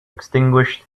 extinguished